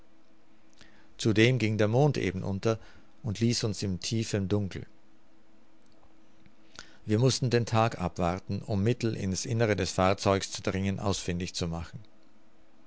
zudem ging der mond eben unter und ließ uns in tiefem dunkel wir mußten den tag abwarten um mittel in's innere des fahrzeugs zu dringen ausfindig zu machen